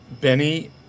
Benny